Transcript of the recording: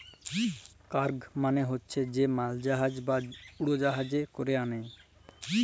cargo মালে হছে যে মালজাহাজ বা উড়জাহাজে ক্যরে আলে